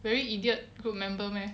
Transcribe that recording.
very idiot group member meh